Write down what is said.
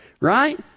Right